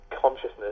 consciousness